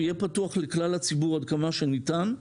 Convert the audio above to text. ושיהיה פתוח לכלל הציבור עד כמה שניתן,